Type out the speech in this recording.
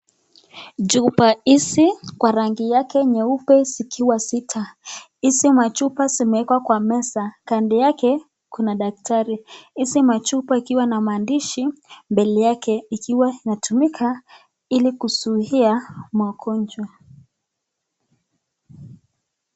Chupa hizi kwa rangi yake nyeupe zikiwa sita. Hizi machupa zimeekwa kwa meza. Kando yake kuna daktari. Hizi machupa ikiwa na maandishi mbele yake ikiwa inatumika ili kuzuia magonjwa.